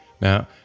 Now